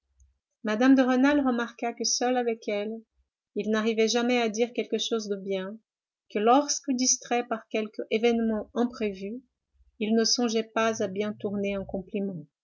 mme de rênal remarqua que seul avec elle il n'arrivait jamais à dire quelque chose de bien que lorsque distrait par quelque événement imprévu il ne songeait pas à bien tourner un compliment